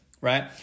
right